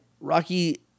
Rocky